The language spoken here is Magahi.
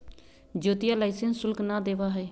ज्योतिया लाइसेंस शुल्क ना देवा हई